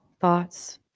thoughts